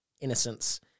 innocence